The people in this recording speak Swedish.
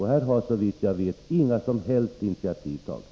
Här har såvitt jag vet inga som helst initiativ tagits.